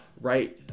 right